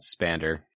Spander